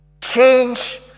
Change